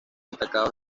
destacados